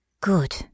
Good